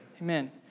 Amen